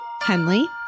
Henley